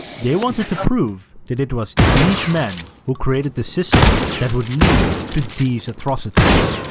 they wanted to prove that it was these men who created the system that would lead to these atrocities.